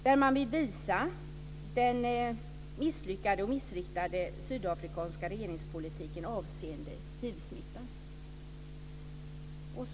Där vill man visa den misslyckade och missriktade sydafrikanska regeringspolitiken avseende hivsmittan.